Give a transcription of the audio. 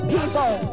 People